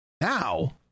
Now